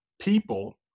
people